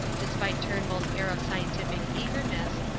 despite turnbull's air of scientific eagerness,